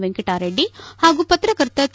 ವೆಂಕಟಾರೆಡ್ಡಿ ಹಾಗೂ ಪತ್ರಕರ್ತ ಕೆ